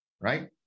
right